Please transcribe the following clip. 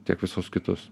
tiek visus kitus